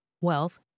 wealth